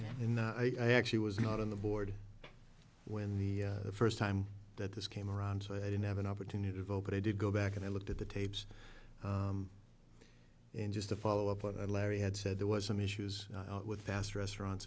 that i actually was not on the board when the first time that this came around so i didn't have an opportunity to vote but i did go back and i looked at the tapes and just to follow up what i larry had said there was some issues with fast restaurants